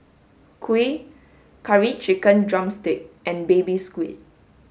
kuih curry chicken drumstick and baby squid